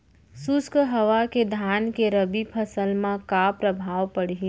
शुष्क हवा के धान के रबि फसल मा का प्रभाव पड़ही?